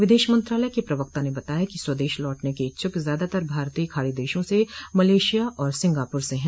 विदेश मंत्रालय के प्रवक्ता ने बताया है कि स्वदेश लौटने के इच्छुक ज्यादातर भारतीय खाड़ी देशों मलेशिया और सिंगापुर से हैं